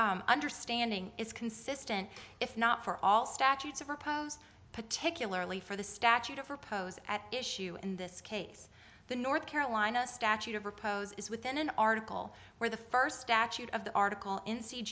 understanding is consistent if not for all statutes of repose particularly for the statute of repose at issue in this case the north carolina statute of repose is within an article where the first statute of the article in c